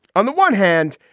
on the one hand,